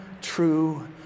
true